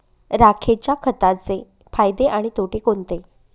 राखेच्या खताचे फायदे आणि तोटे कोणते?